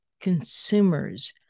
consumers